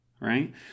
right